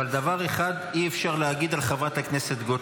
אבל דבר אחד אי-אפשר להגיד על חברת הכנסת גוטליב,